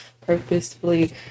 purposefully